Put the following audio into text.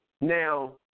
Now